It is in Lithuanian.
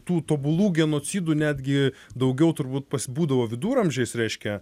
tų tobulų genocidų netgi daugiau turbūt pas būdavo viduramžiais reiškia